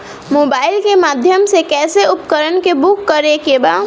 Mobile के माध्यम से कैसे उपकरण के बुक करेके बा?